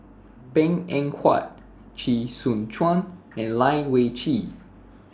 Png Eng Huat Chee Soon Juan and Lai Weijie